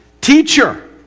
Teacher